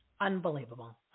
Unbelievable